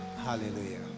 Hallelujah